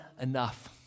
Enough